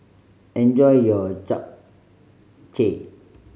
enjoy your Japchae